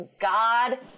God